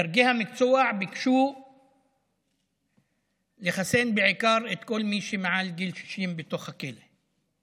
דרגי המקצוע ביקשו לחסן בעיקר את כל מי שמעל לגיל 60 בתוך הכלא.